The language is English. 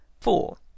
four